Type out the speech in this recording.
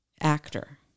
Actor